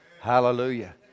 Hallelujah